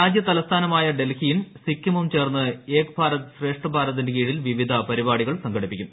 രാജ്യതലസ്ഥാനമായ ഡൽഹിയും സിക്കിമും ചേർന്ന് ഏക് ഭാരത് ശ്രേഷ്ഠ് ഭാരതിന്റെ കീഴിൽ വിവിധ പരിപാടികൾ സംഘടിപ്പിക്കും